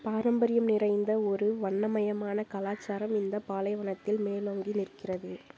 பாரம்பரியம் நிறைந்த ஒரு வண்ணமயமான கலாச்சாரம் இந்த பாலைவனத்தில் மேலோங்கி நிற்கிறது